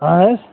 اہن حظ